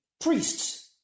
priests